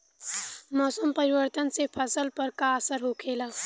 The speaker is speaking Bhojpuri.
मौसम परिवर्तन से फसल पर का असर होखेला?